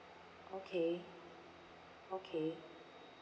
okay okay